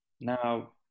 now